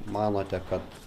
manote kad